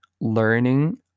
learning